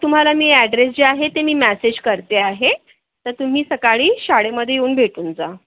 तुम्हाला मी ॲड्रेस जे आहे ते मी मॅसेज करते आहे तर तुम्ही सकाळी शाळेमध्ये येऊन भेटून जा